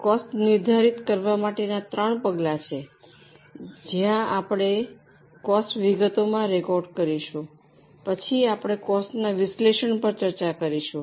cost નિર્ધારિત કરવા માટેના ત્રણ પગલાં છે જ્યાં આપણે કોસ્ટ વિગતોમાં રેકોર્ડ કરીશું પછી આપણે કોસ્ટના વિશ્લેષણ પર ચર્ચા કરીશું